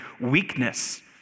weakness